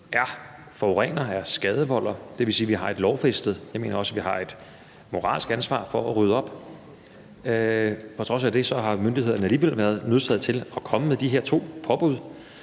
er forurener og skadevolder. Det vil sige, at vi har et lovfæstet ansvar for at rydde op, og jeg mener også, vi har et moralsk ansvar for det. På trods af det har myndighederne alligevel været nødsaget til at komme med de her to påbud